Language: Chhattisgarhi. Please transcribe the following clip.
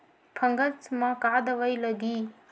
फंगस म का दवाई लगी?